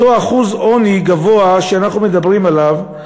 אותו אחוז עוני גבוה שאנחנו מדברים עליו,